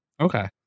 okay